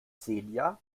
xenia